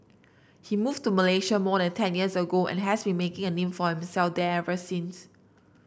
he moved to Malaysia more than ten years ago and has been making a name for himself there ever since